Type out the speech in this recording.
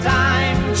time